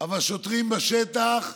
אבל שוטרים בשטח,